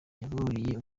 yaburiye